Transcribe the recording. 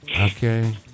Okay